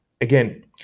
again